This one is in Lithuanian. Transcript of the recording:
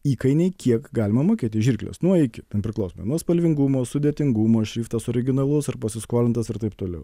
įkainiai kiek galima mokėti žirklės nuo iki ten priklausomai nuo spalvingumo sudėtingumo šriftas originalus ar pasiskolintas ir taip toliau